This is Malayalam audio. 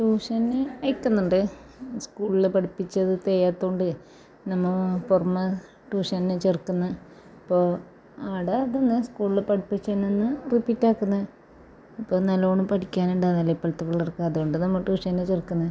ട്യൂഷന് അയക്കുന്നുണ്ട് സ്കൂളിൽ പഠിപ്പിച്ചത് തീരാത്തത് കൊണ്ട് നമ്മൾ പുറമെ ട്യൂഷന് ചേർക്കുന്നു അപ്പോൾ അവിടെ അത് തന്നെ സ്കൂളിൽ പഠിപ്പിക്കുന്നേന്ന് റിപ്പീറ്റ് ആക്കുന്നത് ഇപ്പം നല്ല വണ്ണം പഠിക്കാനുണ്ടാവുമല്ലൊ ഇപ്പോഴത്തെ പിള്ളേർക്ക് അതുകൊണ്ട് നമ്മൾ ട്യൂഷന് ചേർക്കുന്നത്